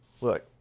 Look